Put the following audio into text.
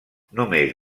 només